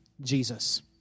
Jesus